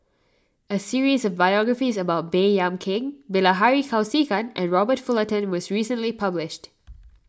a series of biographies about Baey Yam Keng Bilahari Kausikan and Robert Fullerton was recently published